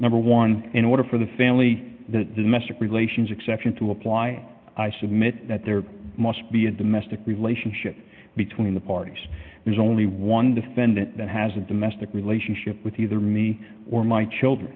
number one in order for the family that domestic relations exception to apply i submit that there must be a domestic relationship between the parties there's only one defendant that has a domestic relationship with either me or my children